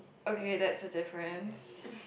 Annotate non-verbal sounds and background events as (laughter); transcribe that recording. okay that's a difference (breath)